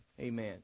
Amen